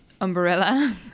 umbrella